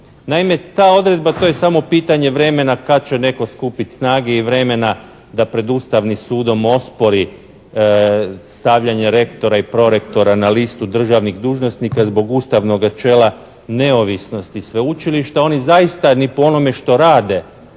Naime ta odredba, to je samo pitanje vremena kad će netko skupiti snage i vremena da pred Ustavnim sudom ospori stavljanje rektora i prorektora na listu državnih dužnosnika zbog ustavnog načela neovisnosti Sveučilišta. Oni zaista ni po onome što rade